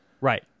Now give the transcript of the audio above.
Right